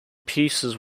pieces